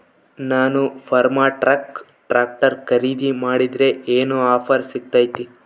ನಾನು Farmtrac tractor ಖರೇದಿ ಮಾಡಿದ್ರೆ ಏನು ಆಫರ್ ಸಿಗ್ತೈತಿ?